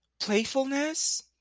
Playfulness